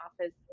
office